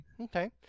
Okay